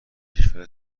کشور